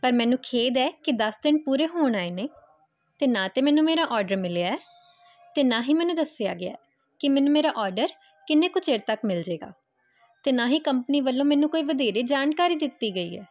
ਪਰ ਮੈਨੂੰ ਖੇਦ ਹੈ ਕਿ ਦਸ ਦਿਨ ਪੂਰੇ ਹੋਣ ਆਏ ਨੇ ਅਤੇ ਨਾ ਤਾਂ ਮੈਨੂੰ ਮੇਰਾ ਆਰਡਰ ਮਿਲਿਆ ਅਤੇ ਨਾ ਹੀ ਮੈਨੂੰ ਦੱਸਿਆ ਗਿਆ ਕਿ ਮੈਨੂੰ ਮੇਰਾ ਆਰਡਰ ਕਿੰਨੇ ਕੁ ਚਿਰ ਤੱਕ ਮਿਲ ਜਾਵੇਗਾ ਅਤੇ ਨਾ ਹੀ ਕੰਪਨੀ ਵੱਲੋਂ ਮੈਨੂੰ ਕੋਈ ਵਧੇਰੇ ਜਾਣਕਾਰੀ ਦਿੱਤੀ ਗਈ ਹੈ